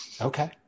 Okay